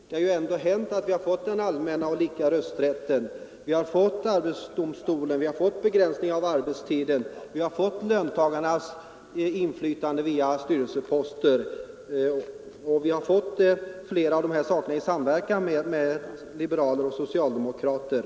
Men vi har ju fått allmän och lika rösträtt, vi har fått arbetsdomstolen, begränsning av arbetstiden och löntagarinflytande över företagen via styrelseposter. Vi har fått flera av dessa saker i samverkan mellan liberaler och socialdemokrater.